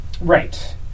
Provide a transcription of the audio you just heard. Right